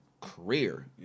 career